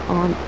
on